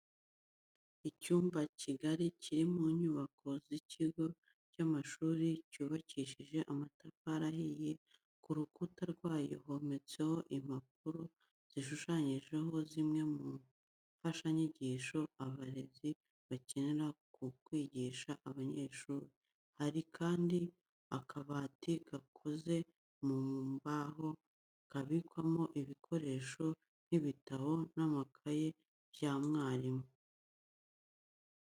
Icyumba kigari kiri mu nyubako z'ikigo cy'amashuri cyubakishije amatafari ahiye, ku rukuta rwayo hometseho impapuro zishushanyijeho zimwe mu mfashanyigisho abarezi bakenera mu kwigisha abanyeshuri, harimo kandi akabati gakoze mu mbaho kabikwamo ibikoresho nk'ibitabo n'amakaye bya mwarimu.